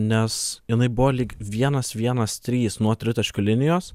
nes jinai buvo lyg vienas vienas trys nuo tritaškio linijos